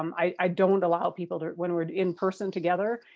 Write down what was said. um i don't allow people, when we're in person together,